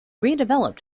redeveloped